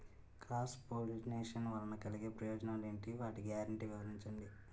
Cross pollination వలన కలిగే ప్రయోజనాలు ఎంటి? వాటి గ్యారంటీ వివరించండి?